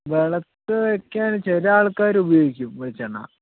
വിളക്ക് വയ്ക്കാൻ ചില ആൾക്കാർ ഉപയോഗിക്കും വെളിച്ചെണ്ണ